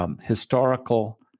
Historical